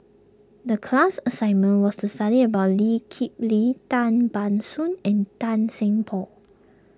the class assignment was to study about Lee Kip Lee Tan Ban Soon and Tan Seng Poh